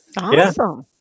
Awesome